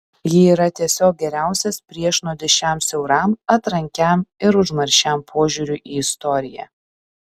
ji yra tiesiog geriausias priešnuodis šiam siauram atrankiam ir užmaršiam požiūriui į istoriją